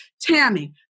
Tammy